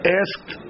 asked